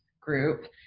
group